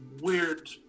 weird